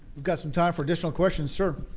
we've got some time for additional questions, sir.